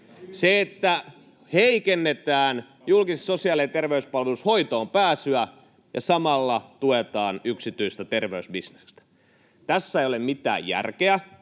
Siinä, että heikennetään julkisissa sosiaali- ja terveyspalveluissa hoitoonpääsyä ja samalla tuetaan yksityistä terveysbisnestä, ei ole mitään järkeä,